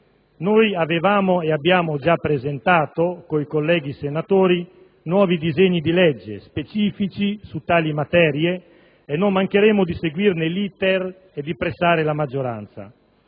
Noi avevamo e abbiamo nuovamente presentato, con i colleghi senatori, disegni di legge specifici su tali materie e non mancheremo di seguirne l'*iter* e di pressare la maggioranza.